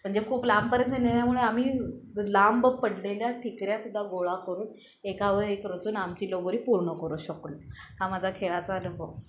म्हणजे खूप लांबपर्यंत नेल्यामुळे आम्ही लांब पडलेल्या ठिकऱ्यासुद्धा गोळा करून एकावर एक रचून आमची लोगरी पूर्ण करू शकलो हा माझा खेळाचा अनुभव